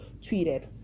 tweeted